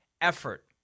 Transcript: effort